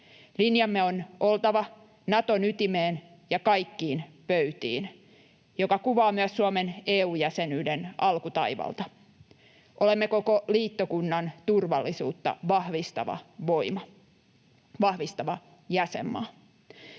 Linjamme on oltava ”Naton ytimeen ja kaikkiin pöytiin”, mikä kuvaa myös Suomen EU-jäsenyyden alkutaivalta. Olemme koko liittokunnan turvallisuutta vahvistava voima,